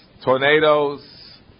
tornadoes